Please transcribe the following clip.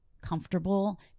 comfortable